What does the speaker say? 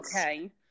okay